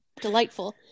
delightful